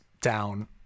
down